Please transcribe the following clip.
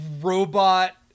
robot